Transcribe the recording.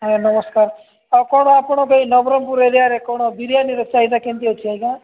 ଆଜ୍ଞା ନମସ୍କାର ଆଉ କ'ଣ ଆପଣ ଏଇ ନବରଙ୍ଗପୁର ଏରିଆରେ କ'ଣ ବିରିୟାନୀର ଚାହିଦା କେମିତି ଅଛି ଆଜ୍ଞା